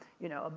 you know,